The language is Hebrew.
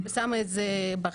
אני שמה את זה ברקע.